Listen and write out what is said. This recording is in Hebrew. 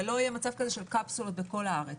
ולא יהיה מצב של קפסולות בכל הארץ.